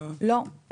לא.